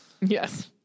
Yes